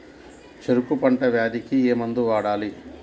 చెరుకు పంట వ్యాధి కి ఏ మందు వాడాలి?